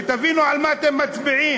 שתבינו על מה אתם מצביעים,